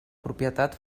propietat